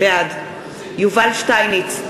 בעד יובל שטייניץ,